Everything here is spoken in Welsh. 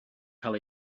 cael